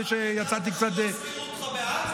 מה, נעלבת שלא הזכירו אותך בהאג?